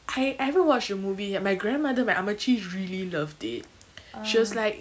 I I haven't watched the movie yet my grandmother my ammachi really loved it she was like